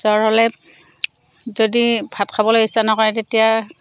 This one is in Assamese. জ্বৰ হ'লে যদি ভাত খাবলৈ ইচ্ছা নকৰে তেতিয়া